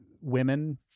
women